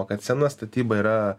kad sena statyba yra